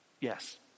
Yes